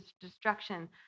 destruction